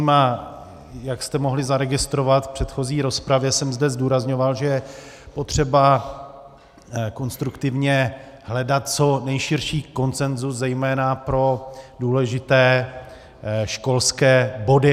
A jak jste mohli zaregistrovat v předchozí rozpravě, zdůrazňoval jsem zde, že je potřeba konstruktivně hledat co nejširší konsenzus zejména pro důležité školské body.